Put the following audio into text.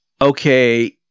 okay